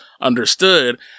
understood